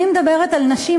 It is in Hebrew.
אני מדברת על נשים,